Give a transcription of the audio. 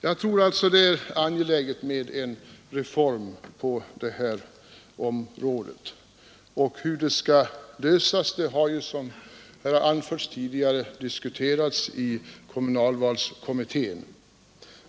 Jag tror alltså att det är angeläget med en reform på det här området. Hur frågan skall lösas har ju diskuterats i kommunalvalskommittén.